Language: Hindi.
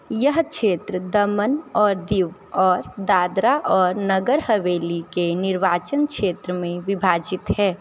यह क्षेत्र दमन और दीव और दादरा और नगर हवेली के निर्वाचन क्षेत्र मे विभाजित है